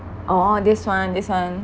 oh this one this one